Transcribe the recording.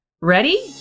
Ready